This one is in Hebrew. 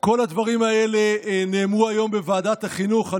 כל הדברים האלה נאמרו היום בוועדת חינוך.